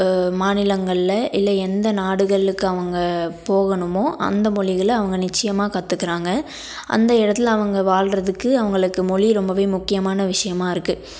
மாநிலங்ளில் இல்லை எந்த நாடுகளுக்கு அவங்க போகணுமோ அந்த மொழிகளை அவங்க நிச்சயமாக கற்றுக்குறாங்க அந்த இடத்துல அவங்க வாழ்கிறதுக்கு அவங்களுக்கு மொழி ரொம்பவே முக்கியமான விஷயமா இருக்குது